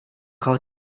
kau